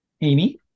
Amy